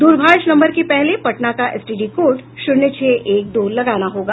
दूरभाष नम्बर के पहले पटना का एसटीडी कोड शून्य छह एक दो लगाना होगा